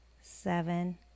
seven